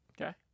okay